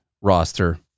roster